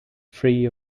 free